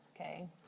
okay